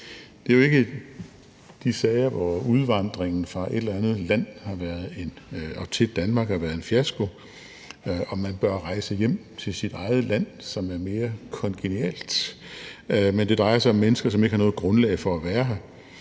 Det er jo ikke de sager, hvor udvandringen fra et eller andet land til Danmark har været en fiasko og man bør rejse hjem til sit eget land, som er mere kongenialt, men det drejer sig om mennesker, som ikke har noget grundlag for at være her,